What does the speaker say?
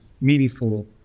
meaningful